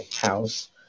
house